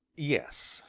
yes,